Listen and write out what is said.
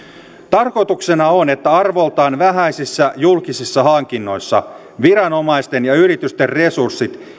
tarkoituksena on että arvoltaan vähäisissä julkisissa hankinnoissa viranomaisten ja yritysten resurssit